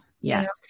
yes